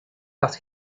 parce